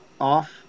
off